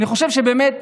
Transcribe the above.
אני חושב שבאמת,